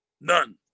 None